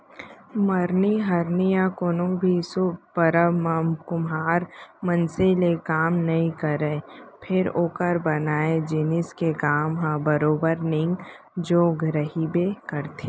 मरनी हरनी या कोनो भी सुभ परब म कुम्हार मनसे ले काम नइ रहय फेर ओकर बनाए जिनिस के काम ह बरोबर नेंग जोग रहिबे करथे